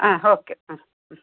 ആ ഓക്കെ ആ ഉം